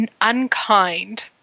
unkind